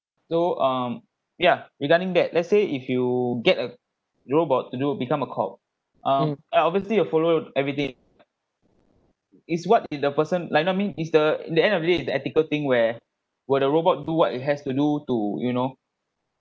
so um yeah regarding that let's say if you get a robot to do become a cop uh and obviously you followed everyday is what if the person like know I mean is the the end of the day the ethical thing where will the robot do what it has to do to you know